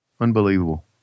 Unbelievable